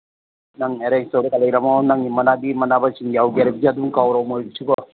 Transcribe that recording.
ꯅꯪ ꯑꯦꯔꯦꯟꯖ ꯇꯧꯔꯒ ꯂꯩꯔꯝꯃꯣ ꯅꯪꯒꯤ ꯏꯃꯥꯟꯅꯕꯤ ꯏꯃꯥꯟꯅꯕꯁꯤꯡ ꯌꯥꯎꯒꯦ ꯍꯥꯏꯔꯁꯨ ꯑꯗꯨꯝ ꯀꯧꯔꯣ ꯃꯣꯏꯕꯨꯁꯨꯀꯣ